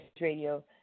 Radio